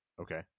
okay